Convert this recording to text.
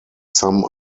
some